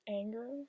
anger